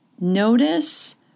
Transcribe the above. notice